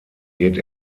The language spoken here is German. geht